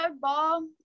ball